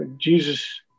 Jesus